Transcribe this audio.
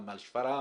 גם על שפרעם.